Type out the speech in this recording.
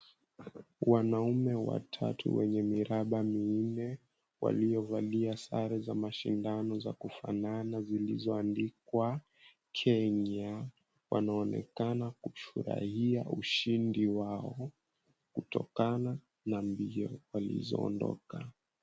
Wanaume watatu wenye miraba minne waliovalia sare za mashindano za kufanana zilizoandikwa, "Kenya," wanaonekana kufurahia ushindi wao kutokana na mbio walizoondoka.